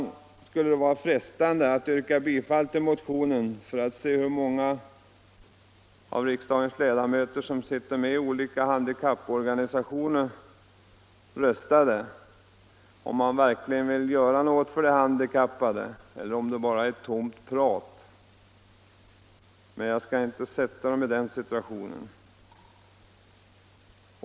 Det skulle vara frestande att yrka bifall till motionen för att se hur de av riksdagens ledamöter som sitter med i olika handikapporganisationer röstade, om de verkligen vill göra något för de handikappade eller om det bara är tomt prat. Men jag skall inte försätta dem i den situationen.